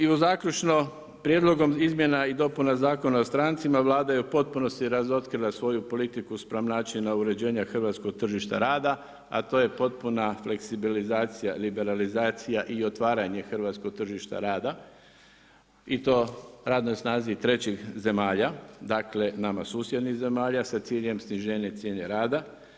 I zaključno, prijedlogom izmjena i dopuna Zakona o strancima, Vlada je u potpunosti razotkrila svoju politiku spram načina uređenja hrvatskog tržišta rada, a to je potpuna fleksibilizacija, liberalizacija i otvaranje hrvatskog tržišta rada i to radnoj snazi trećih zemalja, dakle nama susjednih zemalja, sa ciljem sniženje cijene rada.